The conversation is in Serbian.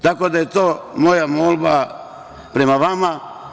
Tako da je to moja molba prema vama.